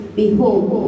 behold